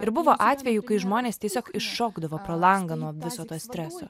ir buvo atvejų kai žmonės tiesiog iššokdavo pro langą nuo viso to streso